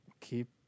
keep